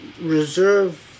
reserve